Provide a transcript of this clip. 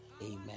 Amen